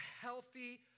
healthy